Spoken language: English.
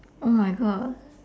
oh my god